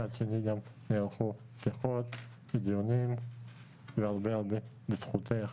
מצד שני גם נערכו שיחות ודיונים והרבה בזכותך,